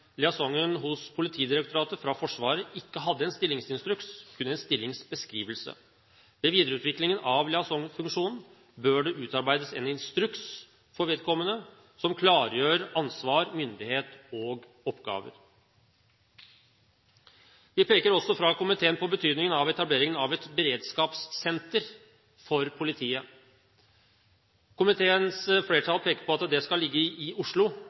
hos Politidirektoratet fra Forsvaret ikke hadde en stillingsinstruks, kun en stillingsbeskrivelse. Ved videreutviklingen av liaisonfunksjonen bør det utarbeides en instruks for vedkommende som klargjør ansvar, myndighet og oppgaver. Komiteen peker også på betydningen av etableringen av et beredskapssenter for politiet. Komiteens flertall peker på at det skal ligge i Oslo.